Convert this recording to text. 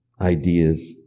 ideas